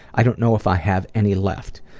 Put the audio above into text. i don't know if i have any left,